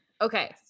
okay